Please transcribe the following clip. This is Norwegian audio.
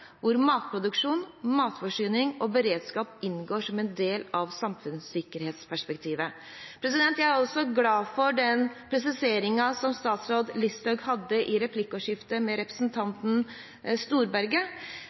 hvor matproduksjon, matforsyning og beredskap inngår som en del av samfunnssikkerhetsperspektivet. Jeg er også glad for den presiseringen som statsråd Listhaug hadde i replikkordskiftet med representanten Storberget